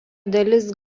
dalis